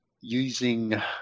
using